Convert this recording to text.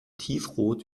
tiefrot